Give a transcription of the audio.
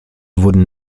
wurden